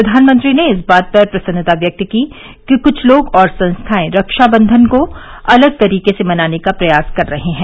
प्रधानमंत्री ने इस बात पर प्रसन्नता व्यक्त की कि कुछ लोग और संस्थाएं रक्षाबंधन को अलग तरीके से मनाने का प्रयास कर रहे है